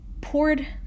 poured